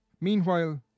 Meanwhile